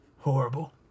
Horrible